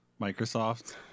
Microsoft